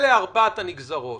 אלה ארבע הנגזרות.